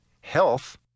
health